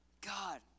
God